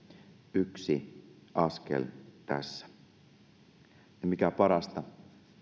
yksi askel tässä ja mikä parasta